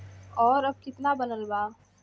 और अब कितना बनल बा?